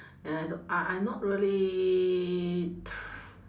I do~ I I not really tr~